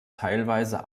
teilweise